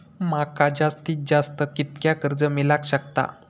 माका जास्तीत जास्त कितक्या कर्ज मेलाक शकता?